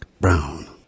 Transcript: brown